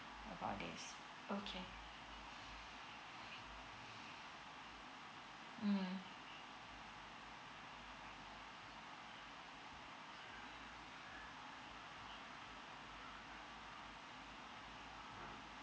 about this okay